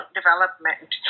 development